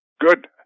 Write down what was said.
Good